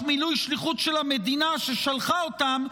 מילוי שליחות של המדינה ששלחה אותם,